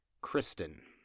Kristen